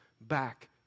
back